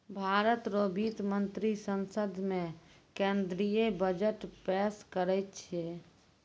भारत रो वित्त मंत्री संसद मे केंद्रीय बजट पेस करै छै